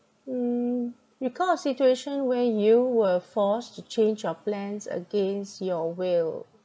mm recall a situation where you were forced to change your plans against your will